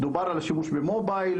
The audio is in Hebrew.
דובר על השימוש במובייל.